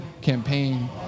campaign